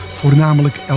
voornamelijk